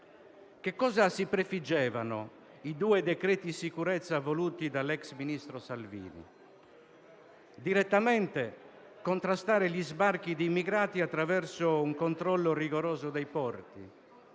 Che cosa si prefiggevano i due decreti sicurezza voluti dall'ex ministro Salvini? Direttamente, contrastare gli sbarchi di immigrati attraverso un controllo rigoroso dei porti,